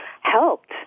helped